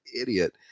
idiot